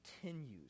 continues